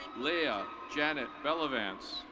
leah janet bellavance.